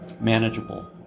manageable